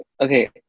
okay